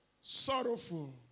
sorrowful